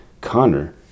Connor